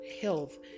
health